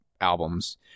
albums